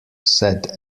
said